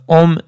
om